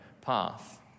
path